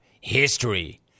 history